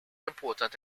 important